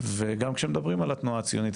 וגם כשמדברים על התנועה הציונית,